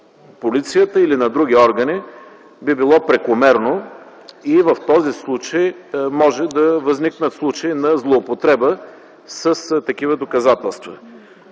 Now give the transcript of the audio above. полицията или на други органи би било прекомерно. И в този случай може да възникнат случаи на злоупотреба с такива доказателства